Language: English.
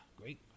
Great